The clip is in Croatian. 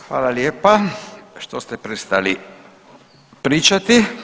Hvala lijepa što ste prestali pričati.